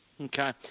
Okay